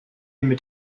mit